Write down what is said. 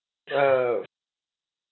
uh